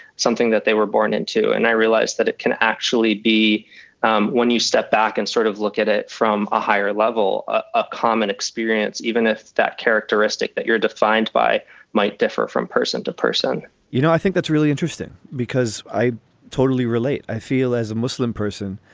something that they were born into. and i realized that it can actually be um when you step back and sort of look at it from a higher level of ah common experience, even if that characteristic that you're defined by might differ from person to person you know, i think that's really interesting because i totally relate. i feel as a muslim person,